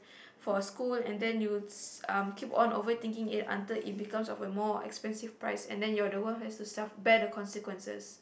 for school and then you um keep on overthinking it until it becomes of a more expensive price and then you're the one has to self bear the consequences